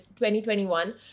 2021